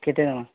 କେତେ ଟଙ୍କା